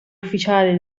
ufficiale